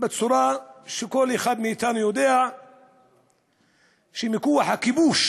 בצורה שכל אחד מאתנו יודע שרק מכוח הכיבוש